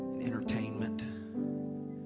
entertainment